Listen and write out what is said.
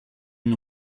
une